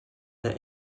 der